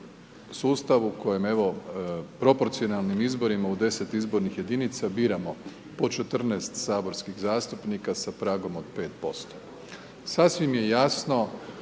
sustav u kojem evo, proporcionalnim izborima u 10 izbornih jedinica biramo po 14 saborskih zastupnika sa pragom od 5%. Sasvim je jasno